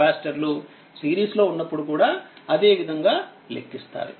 కెపాసిటర్లుసిరీస్లో ఉన్నప్పుడుకూడాఅదే విధంగా లెక్కిస్తారు